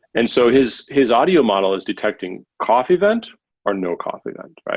and so his his audio model is detecting cough event or no cough event.